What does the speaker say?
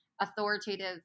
authoritative